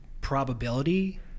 probability